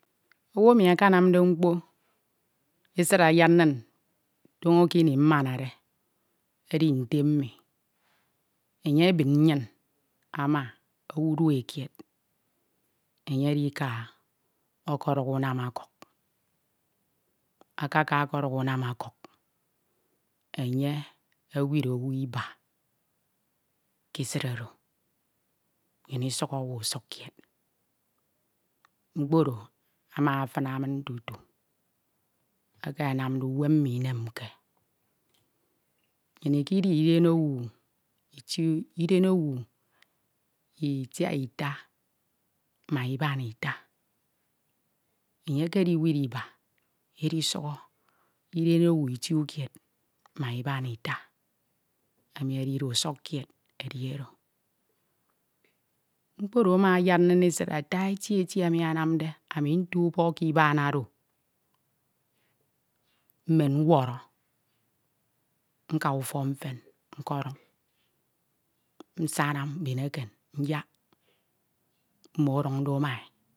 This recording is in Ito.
Owu emi ukanamde mkpo usid and hin toño ini amanade edi note mmi enye ebin ama owu nduekied enye edikan ọkọduk unam okuk akaka ọkọduk unam okuk enye ewid owu iba ke esid oro enye osukhọ owu usukkied mkpo oro ama afina min tatu eke anamde unem mi inemke nnyin ikedi iden owu itie. iden owu itiaita ma iban ita enye ekedi iuid aba edisukho iden owu usukkied edi oro. Mkpk oro ama anyad nin esid ata eti eti emi ammde aan nto ubọk ke iban oro mmen nwọrọ mka ufok mfen nkeduñ nsana mbin eken nyak mmo ọdiñ do ma e